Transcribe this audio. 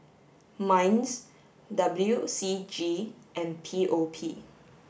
MINDS W C G and P O P